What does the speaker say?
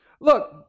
Look